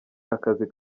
akazi